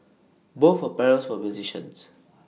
both her parents were musicians